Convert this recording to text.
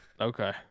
okay